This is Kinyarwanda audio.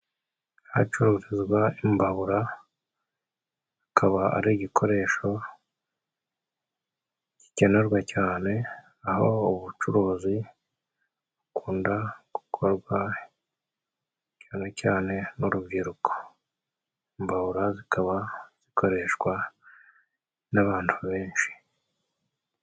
Ahacururizwa imbabura, ikaba ari igikoresho gikenerwa cyane aho ubucuruzi bukunda gukorwa cane cane n'urubyiruko. Imbabura zikaba zikoreshwa n'abantu benshi.